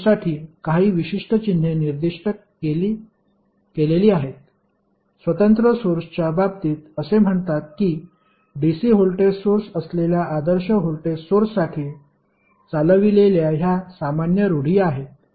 त्या सोर्ससाठी काही विशिष्ट चिन्हे निर्दिष्ट केलेली आहेत स्वतंत्र सोर्सच्या बाबतीत असे म्हणतात की DC व्होल्टेज सोर्स असलेल्या आदर्श व्होल्टेज सोर्ससाठी चालविलेल्या ह्या सामान्य रुढी आहेत